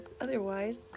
otherwise